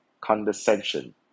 condescension